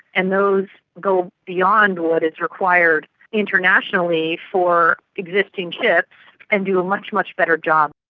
and those go beyond what is required internationally for existing ships and do a much, much better job.